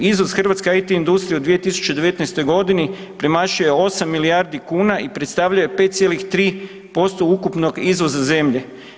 Izvoz hrvatske IT industrije u 2019.g. premašio je 8 milijardi kuna i predstavljao je 5,3% ukupnog izvoza zemlje.